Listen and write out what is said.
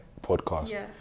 podcast